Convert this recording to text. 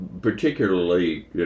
particularly